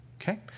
okay